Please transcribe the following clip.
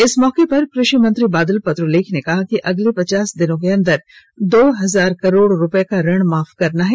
इस मौके पर कृषि मंत्री बादल पत्रलेख ने कहा कि अगले पचास दिनों के अंदर दो हजार करोड़ रूपये का ऋण माफ करना है